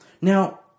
Now